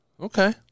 Okay